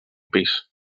pis